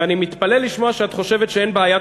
ואני מתפלא לשמוע שאת חושבת שאין בעיית